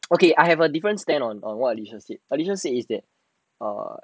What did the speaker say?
okay I have a different stand on on err what alysha said alysha said is that err